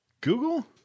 Google